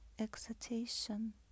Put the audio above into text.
excitation